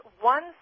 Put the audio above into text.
one